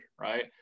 right